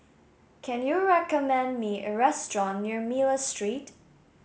can you recommend me a restaurant near Miller Street